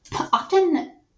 often